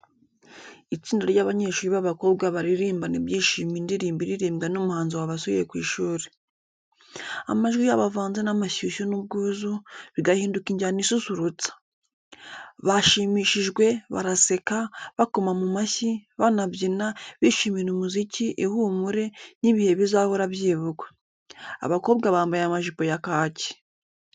Itsinda ry’abanyeshuri b'abakobwa baririmbana ibyishimo indirimbo iririmbwa n’umuhanzi wabasuye ku ishuri. Amajwi yabo avanze n’amashyushyu n’ubwuzu, bigahinduka injyana isusurutsa. Bashimishijwe, baraseka, bakoma mu mashyi, banabyina, bishimira umuziki, ihumure, n’ibihe bizahora byibukwa. Abakobwa bambaye amajipo ya kacyi.